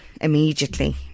immediately